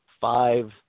five